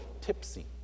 tipsy